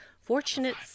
Fortunate